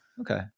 okay